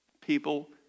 people